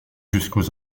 jusqu’aux